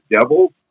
Devils